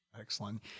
Excellent